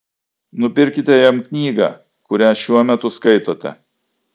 nupirkite jam knygą kurią šiuo metu skaitote